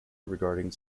regarding